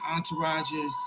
entourages